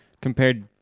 compared